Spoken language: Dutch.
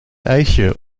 ijsje